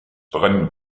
brennen